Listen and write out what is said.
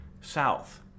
south